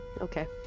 Okay